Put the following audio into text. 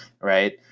right